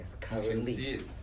currently